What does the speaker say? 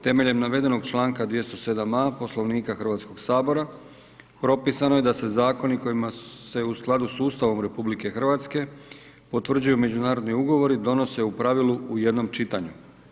Temeljem navedenog članka 207.a Poslovnika Hrvatskoga propisano je da zakoni kojima se u skladu sa Ustavom RH potvrđuju međunarodni ugovori donose u pravilu u jednom čitanju.